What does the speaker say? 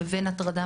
לבין הטרדה